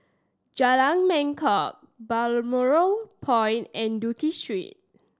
Jalan Mangkok Balmoral Point and Duke Street